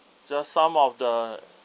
just some of the